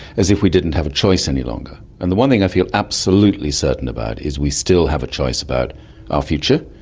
as if we didn't have a choice longer. and the one thing i feel absolutely certain about is we still have a choice about our future.